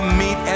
meet